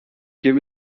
give